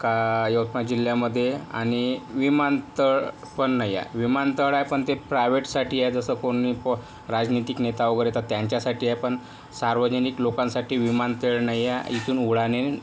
का यवतमाळ जिल्ह्यामध्ये आणि विमानतळ पण नाही आहे विमानतळ आहे पण ते प्रायव्हेटसाठी आहे जसं कोणी राजनैतिक नेता वगैरे येतात त्यांच्यासाठी आहे पण सार्वजनिक लोकांसाठी विमानतळ नाही आहे तिथून उडाणे